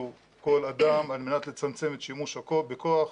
כל אדם על מנת לצמצם את השימוש בכוח,